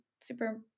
super